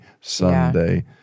Sunday